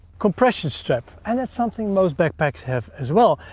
compression strap, and it's something most backpacks have as well.